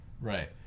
Right